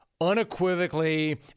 unequivocally